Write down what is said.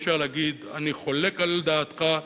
אפשר להגיד "אני חולק על דעתך",